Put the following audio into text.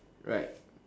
right